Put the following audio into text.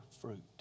fruit